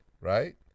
right